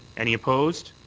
any opposed?